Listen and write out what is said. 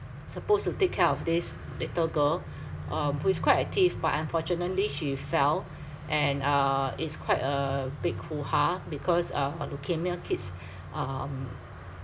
supposed to take care of this little girl um who is quite active but unfortunately she fell and uh it's quite a big hoo-ha because uh leukemia kids um